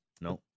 No